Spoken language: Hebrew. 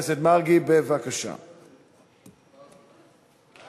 אנו במשרד משקיעים משאבים רבים ופועלים במשנה-מרץ על